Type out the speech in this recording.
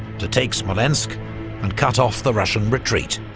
to take smolensk and cut off the russian retreat.